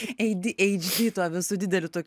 ei dy eidž dy tuo visu dideliu tokiu